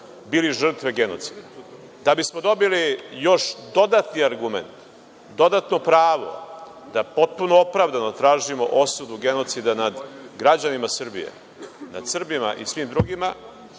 bili žrtve genocida. Da bismo dobili još dodatni argument, dodatno pravo da potpuno opravdano tražimo osudu genocida nad građanima Srbije, nad Srbima i svim drugima,